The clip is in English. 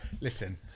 listen